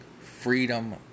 Freedom